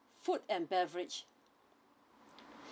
food and beverage